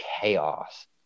chaos